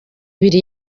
ibiri